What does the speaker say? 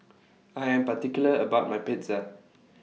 I Am particular about My Pizza